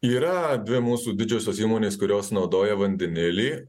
yra dvi mūsų didžiosios įmonės kurios naudoja vandenilį